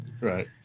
right